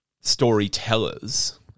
storytellers